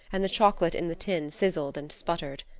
and the chocolate in the tin sizzled and sputtered.